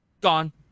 gone